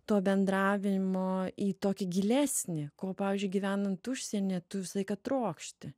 to bendravimo į tokį gilesnį ko pavyzdžiui gyvenant užsieny tu visą laiką trokšti